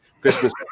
Christmas